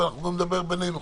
ואנחנו גם נדבר בינינו,